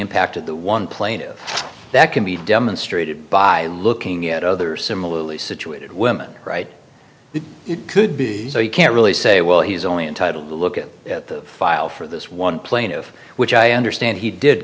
impacted the one plaintive that can be demonstrated by looking at other similarly situated women right it could be so you can't really say well he's only entitled to look at the file for this one plaintiff which i understand he did